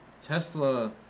Tesla